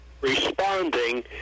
responding